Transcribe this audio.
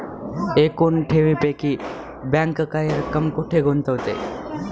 एकूण ठेवींपैकी बँक काही रक्कम कुठे गुंतविते?